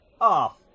Off